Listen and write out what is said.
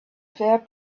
fair